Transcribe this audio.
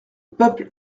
peuple